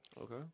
Okay